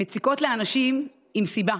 מציקות לאנשים עם סיבה,